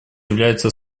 является